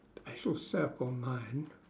I shall circle mine